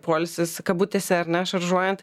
poilsis kabutėse ar ne šaržuojant